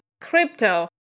crypto